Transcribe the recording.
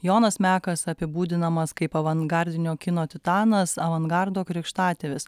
jonas mekas apibūdinamas kaip avangardinio kino titanas avangardo krikštatėvis